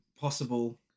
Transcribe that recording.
possible